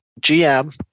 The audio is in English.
GM